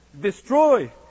Destroy